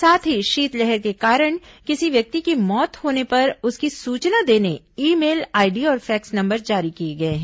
साथ ही शीतलहर के कारण यदि किसी व्यक्ति की मौत होने पर उसकी सूचना देने ई मेल आईडी और फैक्स नंबर जारी किए गए हैं